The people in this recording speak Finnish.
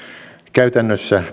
käytännössä